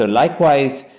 ah likewise,